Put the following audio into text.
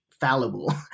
fallible